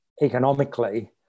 economically